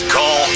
Call